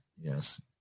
Yes